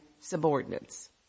subordinates